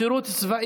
הצעה